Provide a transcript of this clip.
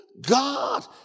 God